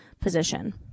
position